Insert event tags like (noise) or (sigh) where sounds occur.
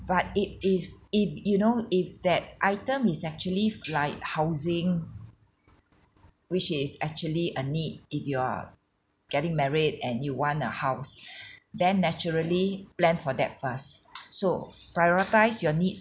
but it is if you know if that item is actually f~ like housing which is actually a need if you are getting married and you want a house (breath) then naturally plan for that first so prioritize your needs